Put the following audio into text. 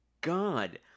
God